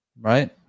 right